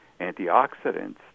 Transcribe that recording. antioxidants